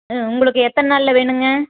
ம் உங்களுக்கு எத்தனை நாளில் வேணும்ங்க